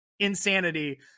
insanity